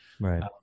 right